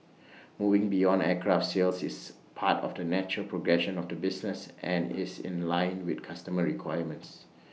moving beyond aircraft sales is part of the natural progression of the business and is in line with customer requirements